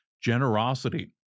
generosity